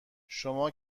شما